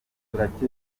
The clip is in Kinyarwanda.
turakeka